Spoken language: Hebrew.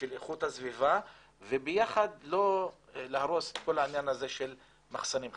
ושל איכותה סביבה ולא להרוס את כל העניין הזה של מחסנים חקלאיים.